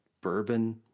bourbon